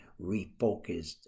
refocused